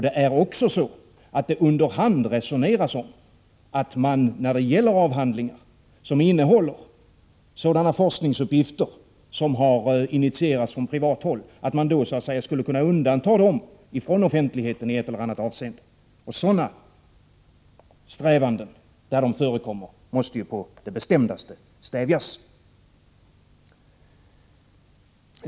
Det är också så att det under hand resonerats om att forskningsuppgifter i avhandling som initierats från privat håll skulle kunna undanhållas från offentligheten i ett eller annat avseende. När sådana strävanden förekommer måste de på det bestämdaste stävjas.